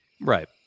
Right